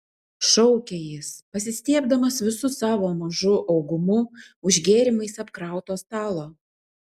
šaukė jis pasistiebdamas visu savo mažu augumu už gėrimais apkrauto stalo